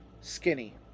skinny